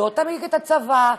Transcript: לא תמיד את הצבא,